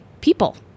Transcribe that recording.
people